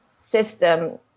system